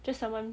just someone